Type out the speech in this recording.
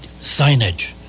signage